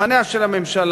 פניה של הממשלה,